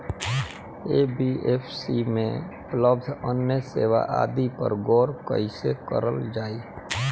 NBFC में उपलब्ध अन्य सेवा आदि पर गौर कइसे करल जाइ?